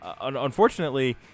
unfortunately